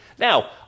Now